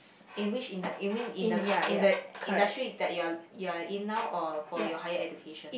in which in the you mean in the coun~ in the industry that you are you are in now or for your higher education